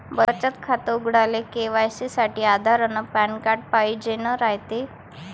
बचत खातं उघडाले के.वाय.सी साठी आधार अन पॅन कार्ड पाइजेन रायते